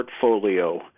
portfolio